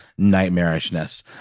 nightmarishness